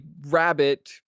rabbit